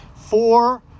four